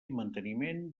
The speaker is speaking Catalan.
manteniment